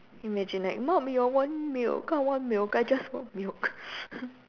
imagine like mummy I want milk I want milk I just want milk